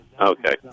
Okay